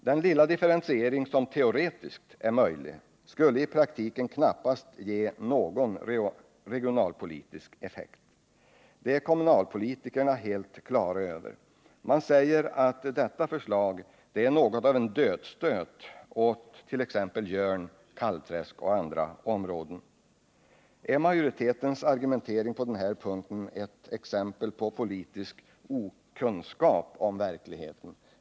Den lilla differentiering som teoretiskt är möjlig skulle i praktiken knappast ge någon regionalpolitisk effekt. Det är kommunalpolitikerna helt klara över. De säger att detta förslag är något av en dödsstöt åt Jörn, Kalvträsk och andra områden. Är majoritetens argumentering på denna punkt ett exempel på politisk okunnighet om verkligheten?